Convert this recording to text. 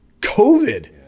COVID